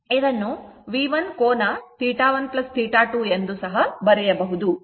ಇದನ್ನು V ಕೋನ θ1 θ2 ಎಂದು ಬರೆಯಬಹುದು